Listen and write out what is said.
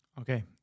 Okay